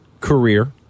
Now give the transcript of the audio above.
career